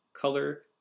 color